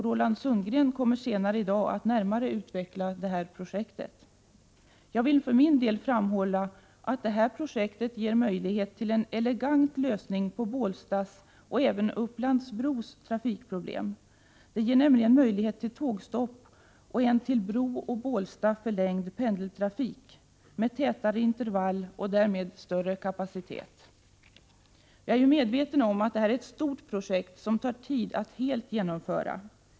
Roland Sundgren kommer senare i dag att närmare utveckla detta projekt. Jag vill för min del framhålla att projektet ger möjlighet till en elegant lösning på Bålstas och även Upplands-Bros trafikproblem. Det ger nämligen möjlighet till tågstopp och en till Bro och Bålsta förlängd pendeltågstrafik, med tätare intervall och därmed större kapacitet. Jag är medveten om att det här är ett stort projekt som tar tid att helt genomföra.